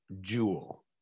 jewel